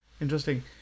interesting